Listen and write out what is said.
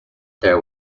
there